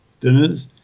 dinners